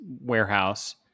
warehouse